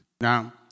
Now